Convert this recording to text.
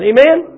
Amen